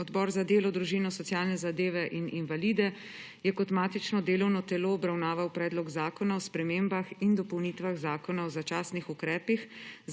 Odbor za delo, družino, socialne zadeve in invalide je kot matično delovno telo obravnaval Predlog zakona o spremembah in dopolnitvah Zakona o začasnih ukrepih